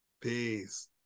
peace